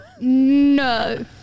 No